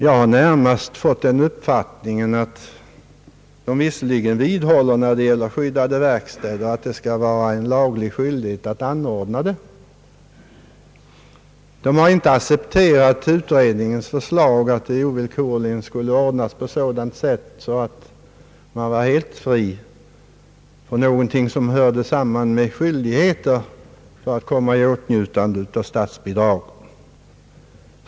Jag har närmast fått den uppfattningen att de när det gäller skyddade verkstäder visserligen vidhåller att det skall vara en laglig skyldighet att anordna sådana, men de har inte accepterat utredningens förslag att skyddade verkstäder ovillkorligen skall ordnas på ett sådant sätt att man var helt fri från skyldigheter för att komma i åtnjutande av statsbidrag.